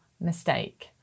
mistake